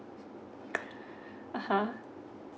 (uh huh)